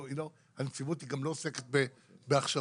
הנציבות גם לא עוסקת בהכשרות,